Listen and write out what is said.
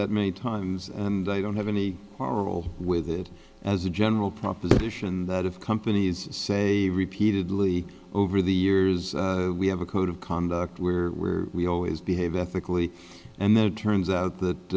that many times and i don't have any quarrel with it as a general proposition that of companies say repeatedly over the years we have a code of conduct where we always behave ethically and then turns out that